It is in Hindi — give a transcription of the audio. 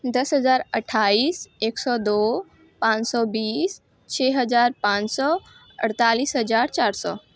दस हज़ार अठाईस एक सौ दो पाँच सौ बीस छः हज़ार पाँच सौ अड़तालीस हज़ार चार सौ